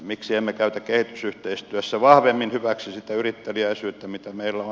miksi emme käytä kehitysyhteistyössä vahvemmin hyväksi sitä yritteliäisyyttä mitä meillä on